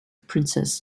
princess